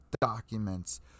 documents